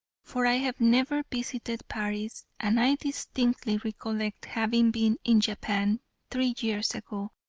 for i have never visited paris and i distinctly recollect having been in japan three years ago,